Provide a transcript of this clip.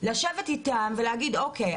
לשבת איתם ולהגיד אוקיי,